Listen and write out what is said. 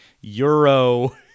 Euro-